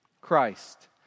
Christ